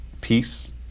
peace